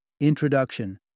Introduction